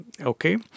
okay